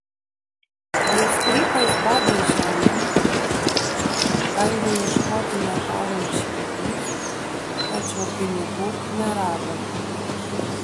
jie strypais badė žemę bandė ieškoti metalo ieškikliais tačiau pinigų nerado